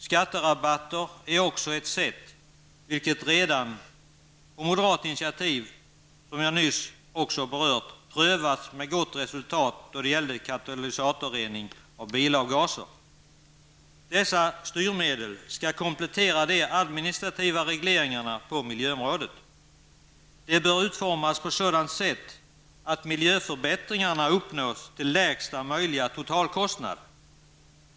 Skatterabatter är också ett sätt, vilket redan -- på moderat initiativ -- prövats med gott resultat då det gällde katalysatorrening av bilavgaser. Dessa styrmedel skall komplettera de administrativa regleringarna på miljöområdet. De bör utformas på sådant sätt att miljöförbättringarna uppnås till lägsta möjliga totalkostnad.